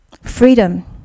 Freedom